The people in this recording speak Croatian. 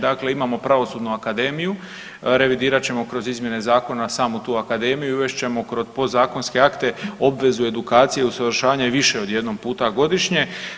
Dakle, imamo Pravosudnu akademiju, revidirat ćemo kroz izmjene zakona samu tu Akademiju i uvest ćemo kroz podzakonske akte obvezu edukaciju usavršavanja i više od jednom puta godišnje.